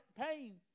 pain